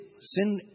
sin